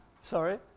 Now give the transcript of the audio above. Sorry